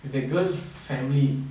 that girl family